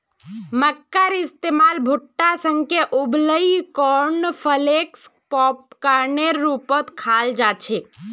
मक्कार इस्तमाल भुट्टा सेंके उबलई कॉर्नफलेक्स पॉपकार्नेर रूपत खाल जा छेक